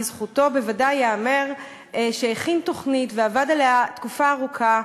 לזכותו בוודאי ייאמר שהכין תוכנית ועבד עליה תקופה ארוכה,